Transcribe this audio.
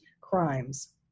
crimes